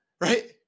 right